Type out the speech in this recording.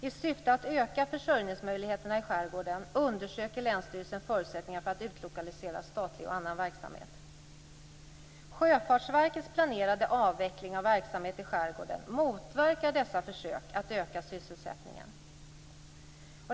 I syfte att öka försörjningsmöjligheterna i skärgården undersöker länsstyrelsen förutsättningarna för att utlokalisera statlig och annan verksamhet. Sjöfartsverkets planerade avveckling av verksamhet i skärgården motverkar dessa försök att öka sysselsättningen.